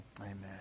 amen